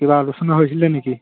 কিবা আলোচনা হৈছিলে নেকি